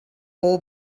all